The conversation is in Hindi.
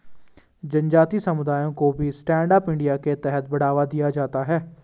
जनजाति समुदायों को भी स्टैण्ड अप इंडिया के तहत बढ़ावा दिया जाता है